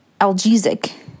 algesic